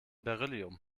beryllium